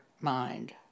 mind